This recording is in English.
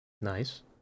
Nice